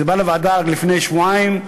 זה בא לוועדה רק לפני שבועיים,